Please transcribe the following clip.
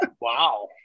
Wow